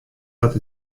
dat